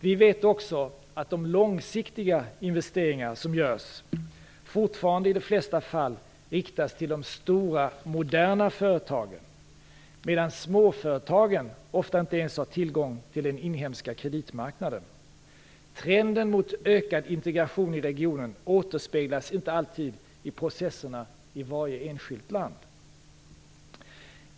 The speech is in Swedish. Vi vet också att de långsiktiga investeringar som görs fortfarande i de flesta fallen riktas till de stora, moderna företagen, medan småföretagen ofta inte ens har tillgång till den inhemska kreditmarknaden. Trenden mot ökad integration i regionen återspeglas inte alltid i processerna i varje enskilt land.